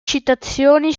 citazioni